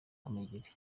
kamegeri